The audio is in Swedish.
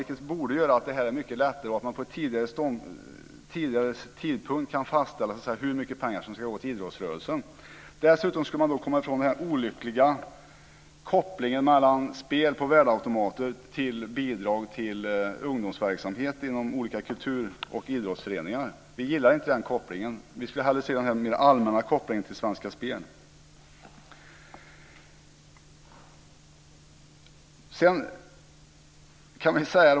Det borde göra att det här blir mycket lättare så att man vid en tidigare tidpunkt kan fastställa hur mycket pengar som ska gå till idrottsrörelsen. Dessutom skulle man då komma ifrån den här olyckliga kopplingen mellan spel på värdeautomater och bidrag till ungdomsverksamhet inom olika kultur och idrottsföreningar. Vi gillar inte den kopplingen. Vi skulle hellre se en mer allmän koppling till Svenska Spel.